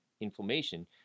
inflammation